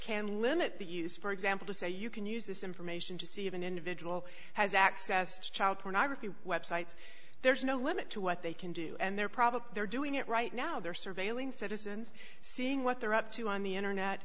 can limit the use for example to say you can use this information to see if an individual has access to child pornography websites there is no limit to what they can do and they're probably they're doing it right now they're surveilling citizens seeing what they're up to on the internet